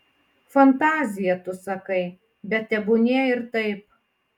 fantazija tu sakai bet tebūnie ir taip